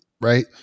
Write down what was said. right